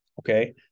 Okay